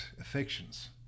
affections